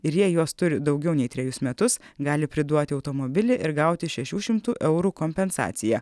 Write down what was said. ir jie juos turi daugiau nei trejus metus gali priduoti automobilį ir gauti šešių šimtų eurų kompensaciją